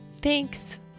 Thanks